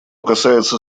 касается